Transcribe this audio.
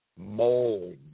mold